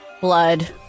blood